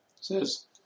says